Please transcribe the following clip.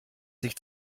sich